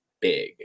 big